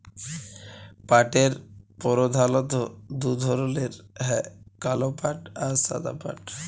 পাটের পরধালত দু ধরলের হ্যয় কাল পাট আর সাদা পাট